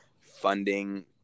funding